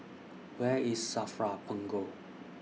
Where IS SAFRA Punggol